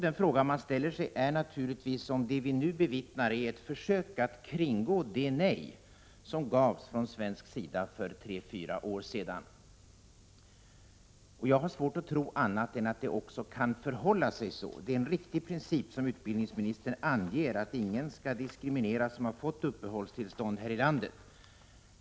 Den fråga man ställer sig är om det vi nu bevittnar är ett försök att kringgå det nej som gavs från svensk sida för tre fyra år sedan. Jag har svårt att tro annat än att det kan förhålla sig så. Det är en riktig princip som utbildningsministern anger, att ingen som har fått uppehållstillstånd här i landet skall diskrimineras.